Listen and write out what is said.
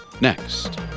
next